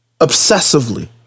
obsessively